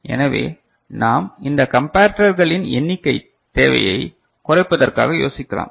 எனவே நாம் இந்த கம்பரட்டர்களின் எண்ணிக்கை தேவையை குறைப்பதற்காக யோசிக்கலாம்